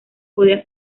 podía